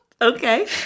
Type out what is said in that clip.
Okay